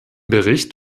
bericht